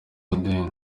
amb